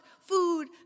food